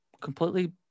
completely